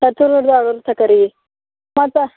ಹತ್ತರಿಂದ ಆರರ ತನಕ ರೀ ಮತ್ತು